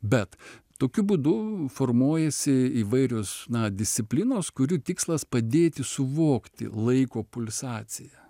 bet tokiu būdu formuojasi įvairios na disciplinos kurių tikslas padėti suvokti laiko pulsaciją